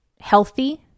healthy